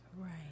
Right